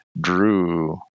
drew